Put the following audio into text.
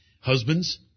Husbands